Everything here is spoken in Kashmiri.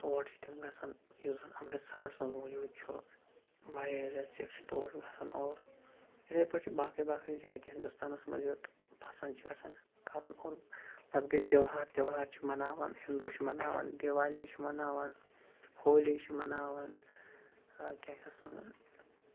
تور چھِ تِم گَژھان یُس زَن اَمرِتسَرَس منٚز موٗجوٗد چھُ واریاہ زیادٕ سِکھ چھِ تور گَژھان اور اِتھے پٲٹھۍ چھِ باقٕے باقٕے جاے تہِ ہِندوستانَس منٛز یوٚت پسنٛد چھُ آسان کَرُن اور پَتہٕ گٔے تیہوار تیہوار چھِ مَناوان ہِندوٗ چھِ مَناون دیوالی چھِ مَناوان ہولی چھِ مَناوان کیاہ چھِ یَتھ وَنان